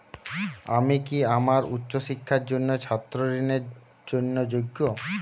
আমি কি আমার উচ্চ শিক্ষার জন্য ছাত্র ঋণের জন্য যোগ্য?